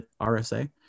RSA